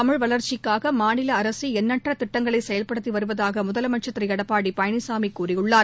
தமிழ் வளர்ச்சிக்காக மாநில அரசு எண்ணற்ற திட்டங்களை செயவ்படுத்தி வருவதாக முதலமைச்சர் திரு எடப்பாடி பழனிசாமி கூறியுள்ளார்